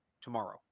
tomorrow